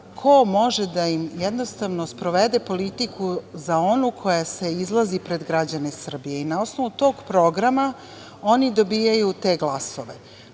ko može da im jednostavno sprovede politiku onu sa kojom se izlazi pred građane Srbije i na osnovu tog programa oni dobijaju te glasove. Znači,